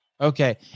Okay